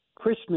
Christmas